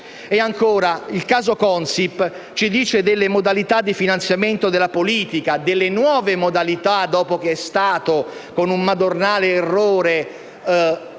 il caso Consip ci dice delle modalità di finanziamento della politica, delle nuove modalità dopo che, con un madornale errore,